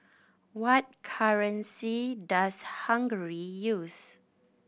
what currency does Hungary use